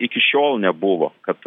iki šiol nebuvo kad